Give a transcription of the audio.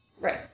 Right